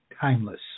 timeless